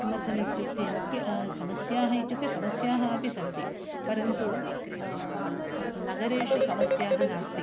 किमर्थम् इत्युक्ते मुख्याः समस्याः इत्युक्ते समस्याः अपि सन्ति परन्तु नगरेषु समस्याः नास्ति